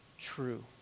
true